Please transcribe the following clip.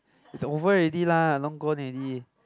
it's a over already lah long gone already